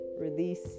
release